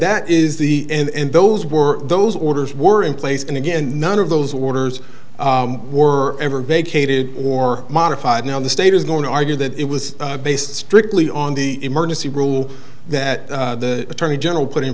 that is the and those were those orders were in place and again none of those orders were ever vacated or modified now in the state is going to argue that it was based strictly on the emergency rule that the attorney general put in